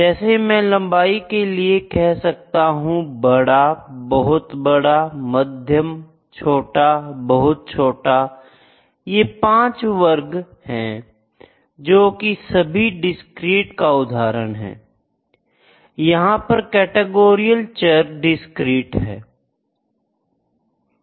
जैसे मैं लंबाई के लिए कह सकता हूं बड़ा बहुत बड़ा मध्यम छोटा बहुत छोटा यह पांच वर्ग हैं जो कि सभी डिस्क्रीट का उदाहरण है यहां पर कैटेगोरीकल चर डिस्क्रीट है